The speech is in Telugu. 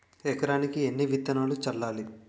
ఎకరానికి ఎన్ని విత్తనాలు చల్లాలి?